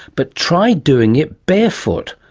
but try doing it barefoot.